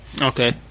Okay